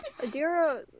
Adira